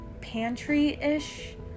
pantry-ish